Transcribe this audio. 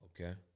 Okay